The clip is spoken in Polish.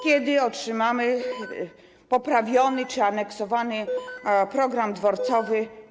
Kiedy otrzymamy poprawiony, aneksowany program dworcowy?